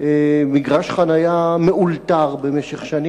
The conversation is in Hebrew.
כמגרש חנייה מאולתר במשך שנים,